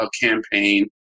campaign